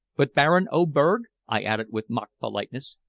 but baron oberg, i added with mock politeness,